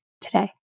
today